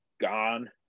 Gone